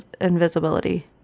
invisibility